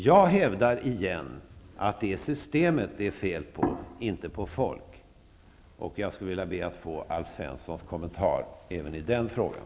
Jag hävdar återigen att det är systemet det är fel på, inte folk. Jag skulle vilja be att få Alf Svenssons kommentar även i den frågan.